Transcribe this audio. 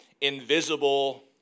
invisible